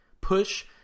Push